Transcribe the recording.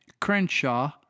Crenshaw